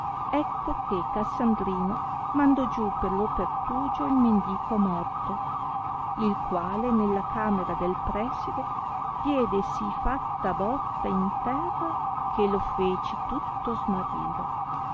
ecco che cassandrino mandò giù per lo pertugio il mendico morto il quale nella camera del preside diede sì fatta botta in terra che lo fece tutto smarrire